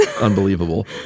unbelievable